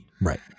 Right